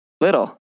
little